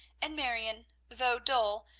and marion, though dull,